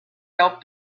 help